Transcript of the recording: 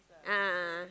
a'ah a'ah